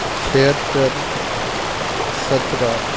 چھہتر سترہ